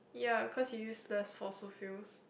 ya cause you use less fossil fuels